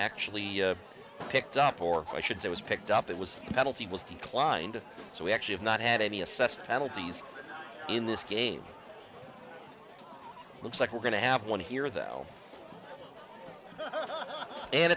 actually picked up or i should say was picked up it was a penalty was declined so we actually have not had any assessed penalties in this game looks like we're going to have one here though and